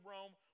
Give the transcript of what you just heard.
Rome